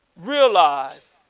realize